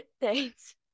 Thanks